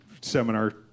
seminar